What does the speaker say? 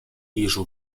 艺术